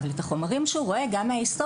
אבל את החומרים שהוא רואה גם מההיסטוריה,